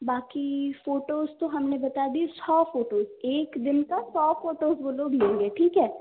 बाकी फोटोस तो हमने बता दिए सौ फोटोस एक दिन का सौ फोटोस वो लोग लेंगे ठीक है